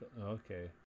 Okay